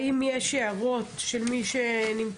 לי יש הערה לסעיף.